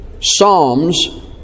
Psalms